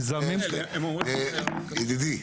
מזהמים --- ידידי,